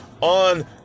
on